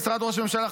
במשרד ראש הממשלה,